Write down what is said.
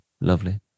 Lovely